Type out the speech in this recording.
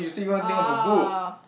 oh